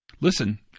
listen